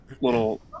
little